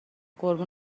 قربون